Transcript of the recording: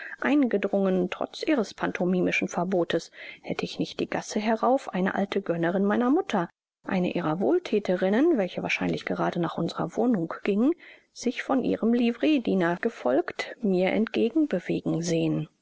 eingedrungen trotz ihres pantomimischen verbotes hätte ich nicht die gasse herauf eine alte gönnerin meiner mutter eine ihrer wohlthäterinnen welche wahrscheinlich gerade nach unserer wohnung ging sich von ihrem livreediener gefolgt mir entgegen bewegen sehen